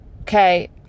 okay